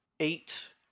eight